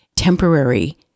temporary